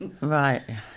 Right